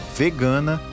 vegana